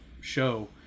show